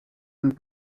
und